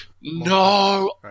No